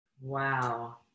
Wow